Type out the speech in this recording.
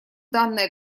данная